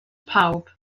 pawb